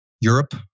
Europe